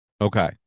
Okay